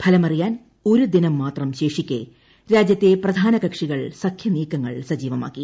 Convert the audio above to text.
ഫലമറിയാൻ ഒരു ദിനം മാത്രം ശേഷിക്കെ രാജ്യത്തെ പ്രധാന കക്ഷികൾ സഖ്യ നീക്കങ്ങൾ സജീവമാക്കി